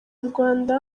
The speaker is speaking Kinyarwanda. rwanda